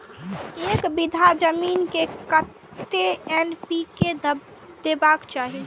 एक बिघा जमीन में कतेक एन.पी.के देबाक चाही?